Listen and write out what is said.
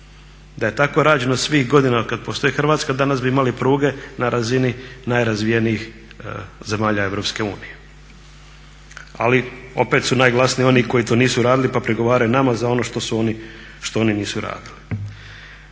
Da je tako rađeno svih godina otkada postoji Hrvatska danas bi imali pruge na razini najrazvijenijih zemalja Europske unije. Ali opet su najglasniji oni koji to nisu radili pa prigovaraju nama za ono što oni nisu radili.